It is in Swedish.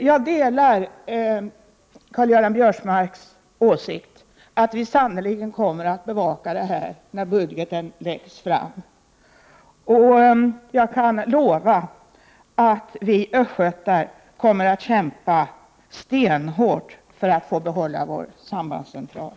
Jag delar Karl-Göran Biörsmarks åsikt, att vi sannerligen kommer att bevaka den här frågan när budgeten läggs fram, och jag kan lova att vi östgötar kommer att kämpa stenhårt för att få behålla vår sambandscentral.